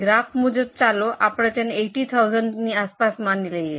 graph મુજબ ચાલો આપણે તેને 80000 ની આસપાસ માની લઈએ